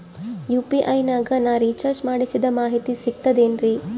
UPI ನಾಗ ನಾ recharge ಮಾಡಿಸಿದ ಮಾಹಿತಿ ಸಿಕ್ತದೆ ಏನ್ರಿ?